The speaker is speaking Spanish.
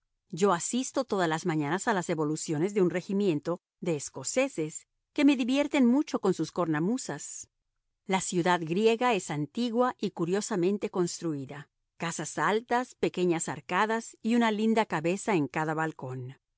yo asisto todas las mañanas a las evoluciones de un regimiento de escoceses que me divierten mucho con sus cornamusas la ciudad griega es antigua y curiosamente construida casas altas pequeñas arcadas y una linda cabeza en cada balcón